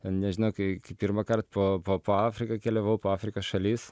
ten nežinau kai kai pirmąkart po po po afriką keliavau po afrikos šalis